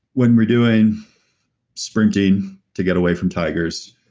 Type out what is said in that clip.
when we're doing sprinting to get away from tigers,